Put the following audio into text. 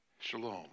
Shalom